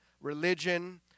religion